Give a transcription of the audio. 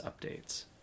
updates